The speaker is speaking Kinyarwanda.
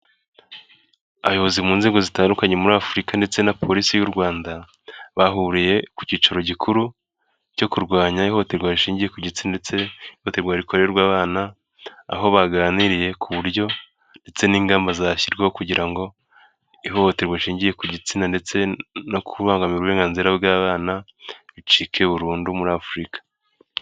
Abayobozi mu nzego zitandukanye muri Afurika ndetse na polisi y'u Rwanda, bahuriye ku cyicaro gikuru cyo kurwanya ihohoterwa rishingiye ku gitsina ndetse n'ihoterwa rikorerwa abana, aho baganiriye ku buryo ndetse n'ingamba zashyirwaho kugira ngo ihohoterwa rishingiye ku gitsina ndetse no kubangamira uburenganzira bw'abana, bicike burundu muri Afurika.